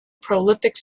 prolific